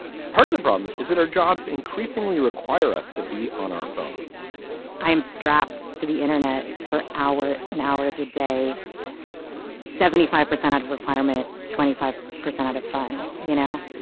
part of the problem is that our jobs increasingly require us to be on our phones i am strapped to the internet for hours and hours a day seventy five percent out of requirement twenty five percent out of fun you know.